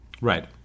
Right